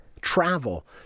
travel